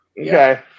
Okay